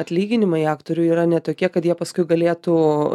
atlyginimai aktorių yra ne tokie kad jie paskui galėtų